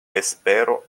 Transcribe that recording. espero